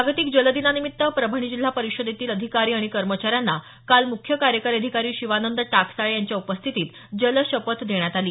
जागतिक जल दिनानिमित्त परभणी जिल्हा परिषदेतील अधिकारी आणि कर्मचाऱ्यांना काल मुख्य कार्यकारी अधिकारी शिवानंद टाकसाळे यांच्या उपस्थितीत जल शपथ देण्यात आली